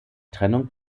trennung